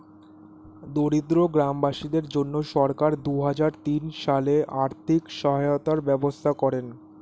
দরিদ্র গ্রামবাসীদের জন্য সরকার দুহাজার তিন সালে আর্থিক সহায়তার ব্যবস্থা করেন